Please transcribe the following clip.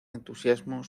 entusiasmo